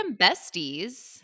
besties